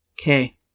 Okay